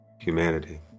humanity